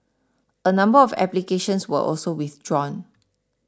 a number of applications were also withdrawn